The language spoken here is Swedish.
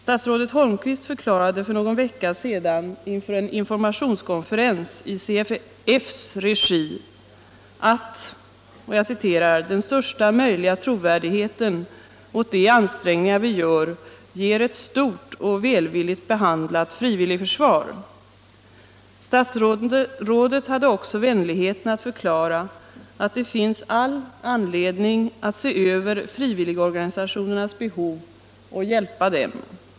Statsrådet Holmqvist förklarade för någon vecka sedan inför en informationskonferens i CFF:s regi att ”den största möjliga trovärdigheten åt de ansträngningar vi gör, ger ett stort och välvilligt behandlat frivilligförsvar”. Statsrådet hade också vänligheten att förklara att ”det finns all anledning se över frivilligorganisationernas behov och hjälpa dem”.